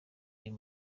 ayo